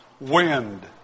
wind